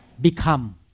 become